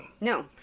No